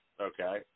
Okay